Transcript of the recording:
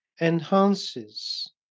enhances